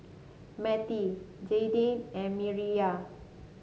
Matie Jaidyn and Mireya